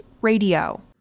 Radio